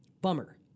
Bummer